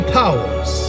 powers